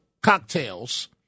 cocktails